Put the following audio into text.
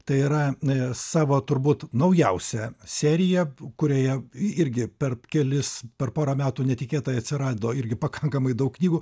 tai yra ė savo turbūt naujausią seriją kurioje irgi per kelis per porą metų netikėtai atsirado irgi pakankamai daug knygų